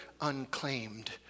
unclaimed